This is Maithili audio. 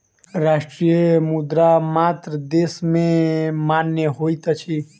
राष्ट्रीय मुद्रा मात्र देश में मान्य होइत अछि